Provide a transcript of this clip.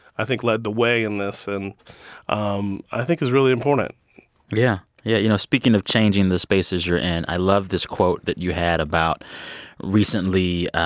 i think, led the way in this, and um i think it's really important yeah. yeah, you know, speaking of changing the spaces you're in, i love this quote that you had about recently